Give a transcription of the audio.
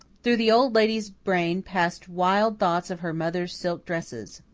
through the old lady's brain passed wild thoughts of her mother's silk dresses.